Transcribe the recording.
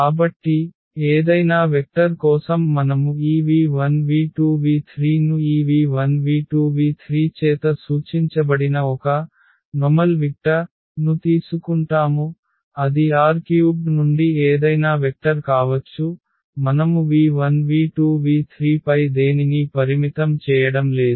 కాబట్టి ఏదైనా వెక్టర్ కోసం మనము ఈ v1 v2 v3 ను ఈ v1 v2 v3 చేత సూచించబడిన ఒక సాధారణ వెక్టర్ ను తీసుకుంటాము అది R³ నుండి ఏదైనా వెక్టర్ కావచ్చు మనము v1 v2 v3 పై దేనినీ పరిమితం చేయడం లేదు